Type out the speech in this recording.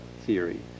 theory